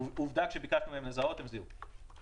עובדה, כשביקשנו מהם לזהות הם זיהו.